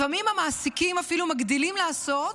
לפעמים המעסיקים אפילו מגדילים לעשות